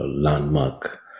landmark